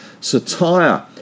Satire